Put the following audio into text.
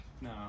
no